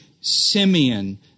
Simeon